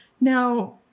Now